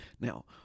Now